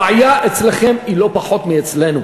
הבעיה אצלכם היא לא פחות מאשר אצלנו.